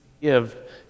give